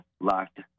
locked